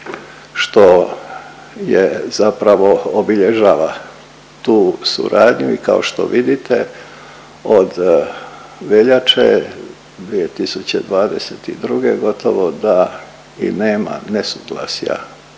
što je zapravo obilježava tu suradnju i kao što vidite, od veljače 2022. gotovo da i nema nesuglasja